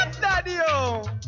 daddy